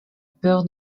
peur